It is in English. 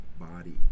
body